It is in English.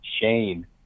Shane